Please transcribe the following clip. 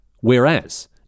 Whereas